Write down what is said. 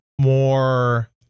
more